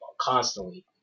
Constantly